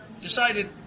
decided